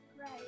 Right